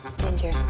Ginger